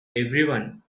everyone